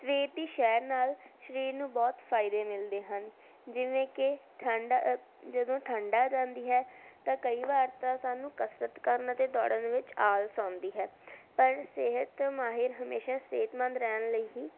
ਸਵੇਰ ਦੇ ਸੈਰ ਨਾਲ ਸਰੀਰ ਨੂੰ ਬਹੁਤ ਫਾਇਦੇ ਮਿਲਦੇ ਹਨ ਜਿਵੇਂ ਕਿ ਠੰਡ ਆ ਜਦੋਂ ਠੰਡ ਆ ਜਾਂਦੀ ਹੈ ਤਾਂ ਕਈ ਵਾਰ ਤਾਂ ਸਾਨੂੰ ਕਸਰਤ ਕਰਨ ਅਤੇ ਦੌੜਨ ਵਿੱਚ ਆਲਸ ਆਉਂਦੀ ਹੈ ਪਰ ਸਿਹਤ ਮਾਹਿਰ ਹਮੇਸ਼ਾ ਸਿਹਤਮੰਦ ਰਹਿਣ ਲਈ ਹੀ